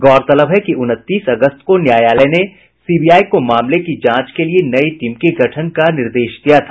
गौरतलब है कि उनतीस अगस्त को न्यायालय ने सीबीआई को मामले की जांच के लिए नई टीम के गठन का निर्देश दिया था